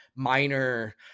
minor